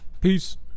Peace